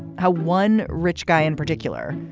how one rich guy in particular,